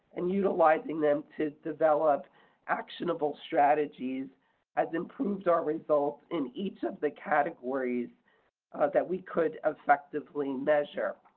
and utilizing them to develop actionable strategies has improved our results in each of the categories that we could effectively measure.